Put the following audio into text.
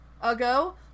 ago